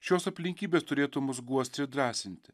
šios aplinkybės turėtų mus guosti ir drąsinti